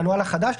לנוהל החדש.